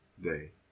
day